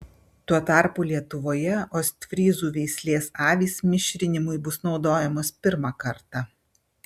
tuo tarpu lietuvoje ostfryzų veislės avys mišrinimui bus naudojamos pirmą kartą